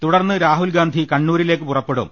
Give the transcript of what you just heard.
തുടർന്ന് രാഹുൽ ഗാന്ധി കണ്ണൂരി ലേക്ക് പുറപ്പെടും